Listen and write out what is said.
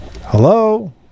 Hello